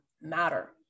matter